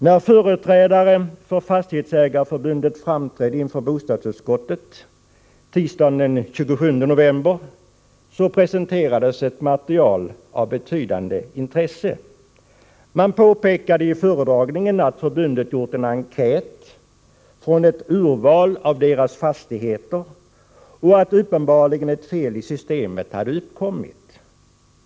När företrädare för Fastighetsägareförbundet framträdde inför bostadsutskottet tisdagen den 27 november presenterades ett material av betydande intresse. Man påpekade vid föredragningen att förbundet gjort en enkät, baserad på ett urval av deras fastigheter, och framhöll att det uppenbarligen hade blivit ett feli systemet.